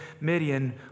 Midian